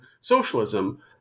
socialism